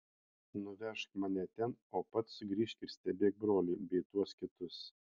nuvežk mane ten o pats grįžk ir stebėk brolį bei tuos kitus